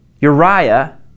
Uriah